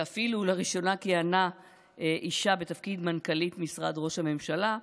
ואפילו לראשונה כיהנה אישה בתפקיד מנכ"לית משרד ראש הממשלה,